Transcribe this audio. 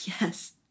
yes